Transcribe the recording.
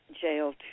jail